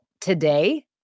today